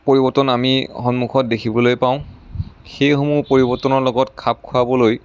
পৰিৱৰ্তন আমি সন্মুখত দেখিবলৈ পাওঁ সেইসমূহ পৰিৱৰ্তনৰ লগত খাপ খুৱাবলৈ